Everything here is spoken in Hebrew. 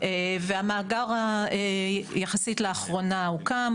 והמאגר יחסית לאחרונה הוקם,